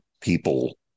people